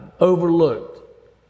overlooked